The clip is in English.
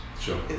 sure